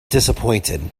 disappointed